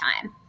time